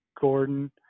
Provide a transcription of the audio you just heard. Gordon